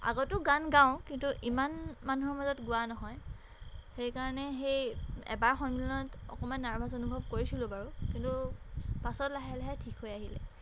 আগতো গান গাওঁ কিন্তু ইমান মানুহৰ মাজত গোৱা নহয় সেই কাৰণে সেই এবাৰ সন্মিলনত অকণমান নাৰ্ভাচ অনুভৱ কৰিছিলোঁ বাৰু কিন্তু পাছত লাহে লাহে ঠিক হৈ আহিলে